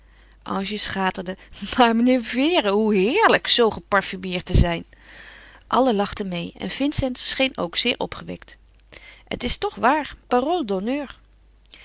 ange schaterde maar meneer vere hoe heerlijk zoo geparfumeerd te zijn allen lachten meê en vincent scheen ook zeer opgewekt het is toch waar parole d'honneur